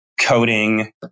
coding